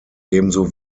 ebenso